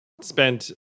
spent